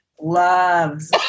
Loves